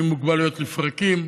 או עם מוגבלויות לפרקים,